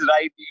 right